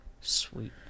sweet